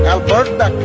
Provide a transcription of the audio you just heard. Alberta